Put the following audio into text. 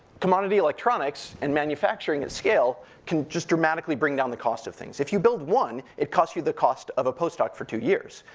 commodity electronics and manufacturing at scale can just dramatically bring down the cost of things. if you build one, it costs you the cost of a postdoc for two years.